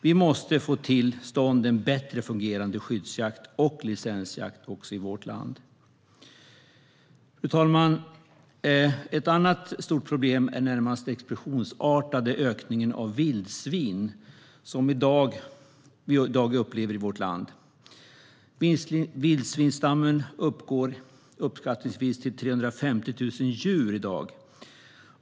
Vi måste få till stånd en bättre fungerande skyddsjakt och licensjakt i vårt land. Fru talman! Ett annat stort problem är den närmast explosionsartade ökning av vildsvin som vi upplever i vårt land. Vildsvinsstammen uppgår uppskattningsvis till 350 000 djur i dag.